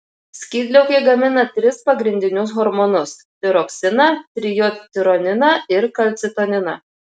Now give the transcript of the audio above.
skydliaukė gamina tris pagrindinius hormonus tiroksiną trijodtironiną ir kalcitoniną